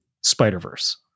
Spider-Verse